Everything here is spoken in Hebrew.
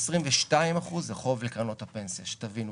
כ-22% זה חוב לקרנות הפנסיה, שתבינו.